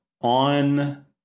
on